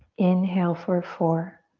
inhale for four,